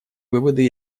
выводы